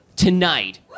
Tonight